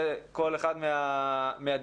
זה כל אחד מהדיונים,